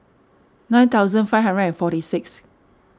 nine thousand five hundred and forty six